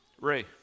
Ray